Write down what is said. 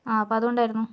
ആ അപ്പോൾ അതുകൊണ്ടായിരുന്നു